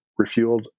refueled